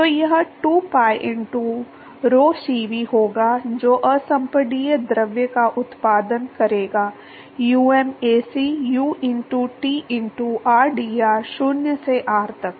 तो यह 2pi into rho Cv होगा जो असंपीड्य द्रव का उत्पादन करेगा um Ac u into T into rdr 0 से r तक